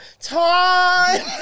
Time